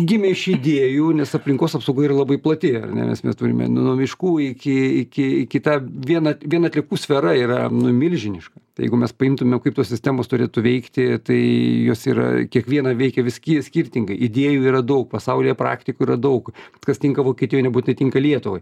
gimė iš idėjų nes aplinkos apsauga yra labai plati ar ne nes mes turime nuo miškų iki iki kita vien vien atliekų sfera yra milžiniška jeigu mes paimtume kaip tos sistemos turėtų veikti tai jos yra kiekviena veikia vis skirtingai idėjų yra daug pasaulyje praktikų yra daug kas tinka vokietijoj nebūtinai tinka lietuvai